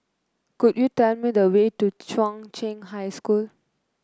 could you tell me the way to Chung Cheng High School